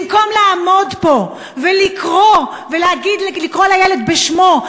במקום לעמוד פה ולקרוא לילד בשמו,